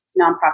nonprofit